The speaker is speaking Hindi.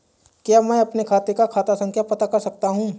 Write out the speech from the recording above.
क्या मैं अपने खाते का खाता संख्या पता कर सकता हूँ?